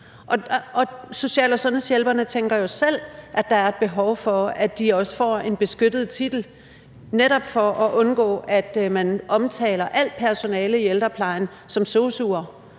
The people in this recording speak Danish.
social- og sundhedshjælperne tænker jo selv, at der er et behov for, at de også får en beskyttet titel – netop for at undgå, at man omtaler alt personale i ældreplejen som sosu'er,